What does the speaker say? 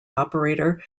operator